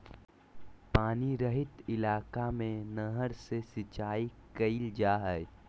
पानी रहित इलाका में नहर से सिंचाई कईल जा हइ